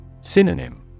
Synonym